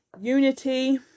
unity